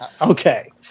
Okay